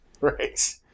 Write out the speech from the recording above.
Right